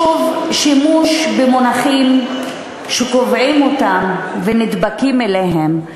שוב שימוש במונחים שקובעים אותם ונדבקים אליהם,